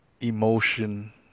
emotion